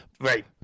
Right